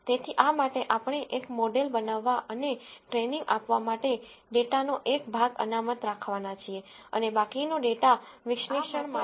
તેથી આ માટે આપણે એક મોડેલ બનાવવા અને ટ્રેનીગ આપવા માટે ડેટાનો એક ભાગ અનામત રાખવાના છીએ અને બાકીનો ડેટા વિશ્લેષણ માટે રાખવામાં આવશે